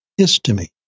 histamine